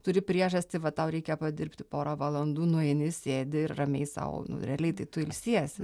turi priežastį va tau reikia padirbti porą valandų nueini sėdi ir ramiai sau realiai tai tu ilsiesi